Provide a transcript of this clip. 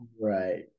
Right